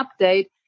update